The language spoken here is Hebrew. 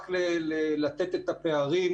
רק לתת את הפערים